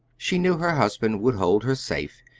she knew her husband would hold her safe,